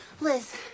Liz